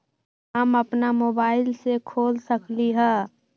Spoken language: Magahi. हम अपना मोबाइल से खोल सकली ह?